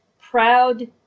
proud